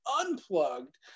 unplugged